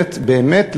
באמת,